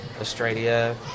Australia